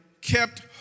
kept